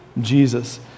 Jesus